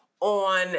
on